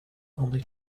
only